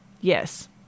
Yes